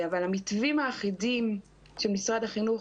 אבל המתווים האחידים של משרד החינוך,